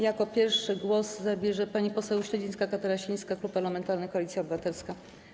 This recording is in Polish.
Jako pierwsza głos zabierze pani poseł Śledzińska-Katarasińska, Klub Parlamentarny Koalicja Obywatelska.